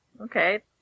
Okay